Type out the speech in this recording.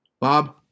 Bob